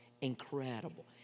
Incredible